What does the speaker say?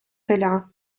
теля